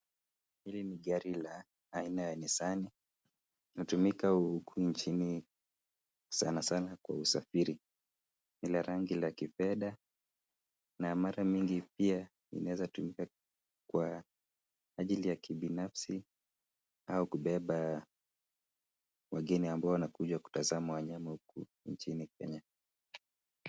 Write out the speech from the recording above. Hili ni gari la aina ya nisani hutumika huku nchini sana sana kusafiiri. Ni la rangi la kifedha na mara nyingi pia inaweza tumika kwa ajili ya kibinafsi au kubeba wageni ambao wanakuja kutazama wanyama huku nchini Kenya.